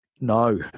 no